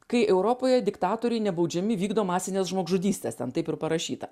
kai europoje diktatoriai nebaudžiami vykdo masines žmogžudystes ten taip ir parašyta